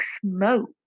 smoke